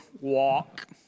walk